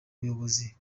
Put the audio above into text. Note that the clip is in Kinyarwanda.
buyobozi